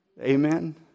Amen